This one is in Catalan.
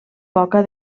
poca